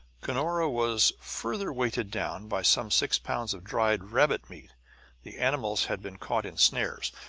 cunora was further weighed down by some six pounds of dried rabbit meat the animals had been caught in snares.